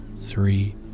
three